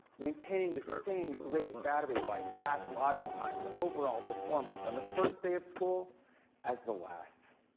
maintaining the same great battery life, fast log in time, and overall performance on the first day of school as the last.